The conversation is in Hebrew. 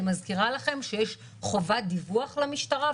אני מזכירה לכם שיש חובת דיווח למשטרה,